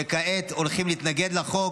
וכעת הולכים להתנגד לחוק.